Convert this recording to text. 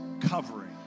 covering